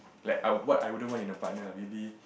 like I what I wouldn't want in a partner maybe